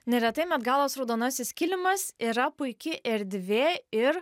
neretai met galos raudonasis kilimas yra puiki erdvė ir